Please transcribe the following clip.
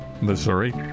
Missouri